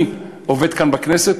אני עובד כאן בכנסת,